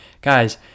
Guys